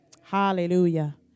Hallelujah